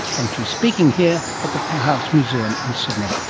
and she's speaking here at the powerhouse museum in sydney.